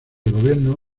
gobierno